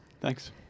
Thanks